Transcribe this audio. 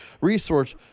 resource